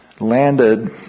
landed